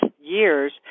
years